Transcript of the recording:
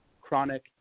Chronic